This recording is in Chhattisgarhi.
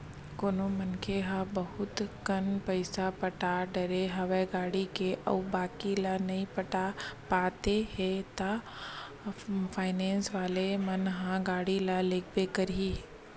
कोनो मनखे ह बहुत कन पइसा पटा डरे हवे गाड़ी के अउ बाकी ल नइ पटा पाते हे ता फायनेंस वाले मन ह गाड़ी ल लेगबे करही